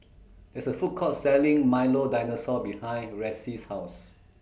There IS A Food Court Selling Milo Dinosaur behind Ressie's House